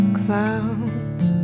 clouds